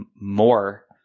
more